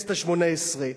הכנסת השמונה-עשרה: